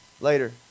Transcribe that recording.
later